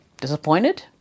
Disappointed